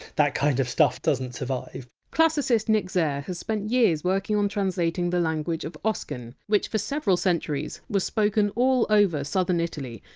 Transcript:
that kind of stuff doesn't doesn't survive classicist nick zair has spent years working on translating the language of oscan, which for several centuries was spoken all over southern italy,